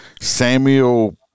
samuel